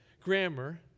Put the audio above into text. grammar